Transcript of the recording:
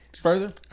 Further